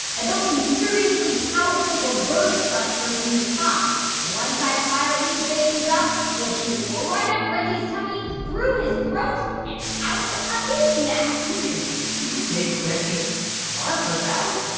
i built some seriously powerful reverse thrusters in this pod. and once i fire these babies up, we'll shoot right up reggie's tummy, through his throat and out of his mouth you can you can make reggie barf us out?